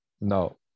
No